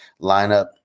lineup